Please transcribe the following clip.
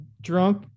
drunk